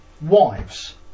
wives